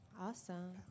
Awesome